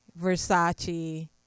Versace